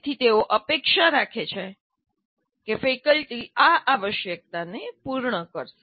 તેથી તેઓ અપેક્ષા રાખે છે કે ફેકલ્ટી આ આવશ્યકતાઓને પૂર્ણ કરશે